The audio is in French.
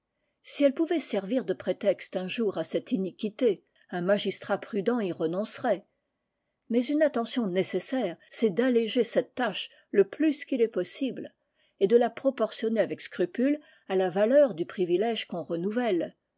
si elle pouvait servir de prétexte un jour à cette iniquité un magistrat prudent y renoncerait mais une attention nécessaire c'est d'alléger cette tâche le plus qu'il est possible et de la proportionner avec scrupule à la valeur du privilège qu'on renouvelle